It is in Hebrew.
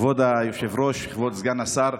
כבוד היושב-ראש, כבוד סגן השר,